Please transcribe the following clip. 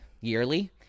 yearly